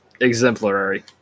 exemplary